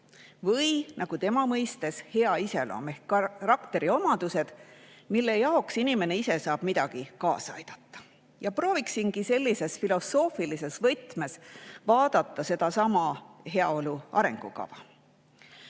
või nagu tema mõistis, hea iseloom ehk karakteriomadused, millele inimene ise saab kuidagi kaasa aidata. Prooviksingi sellises filosoofilises võtmes vaadata sedasama heaolu arengukava.